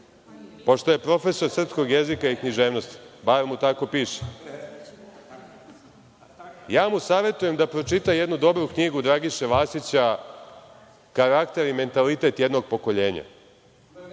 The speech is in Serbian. pošto je profesor srpskog jezika i književnosti, bar mu tako piše, ja mu savetujem da pročita jednu dobru knjigu Dragiše Vasića „Karakter i mentalitet jednog pokoljenja“,